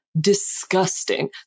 disgusting